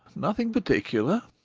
nothing particular,